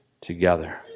together